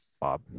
Bob